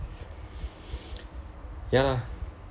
ya lah